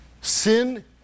Sin